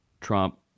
Trump